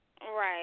Right